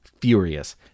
furious